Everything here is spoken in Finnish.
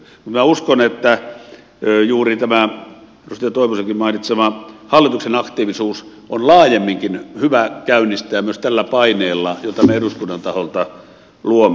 minä uskon että juuri tämä edustaja tolvasenkin mainitsema hallituksen aktiivisuus on laajemminkin hyvä käynnistää ja myös tällä paineella jota me eduskunnan taholta luomme